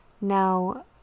Now